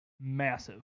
massive